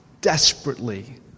desperately